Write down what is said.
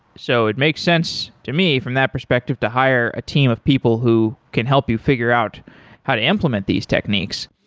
so it makes sense to me from that perspective to hire a team of people who can help you figure out how to implement these techniques.